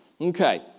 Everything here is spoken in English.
Okay